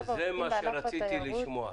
זה מה שרציתי לשמוע.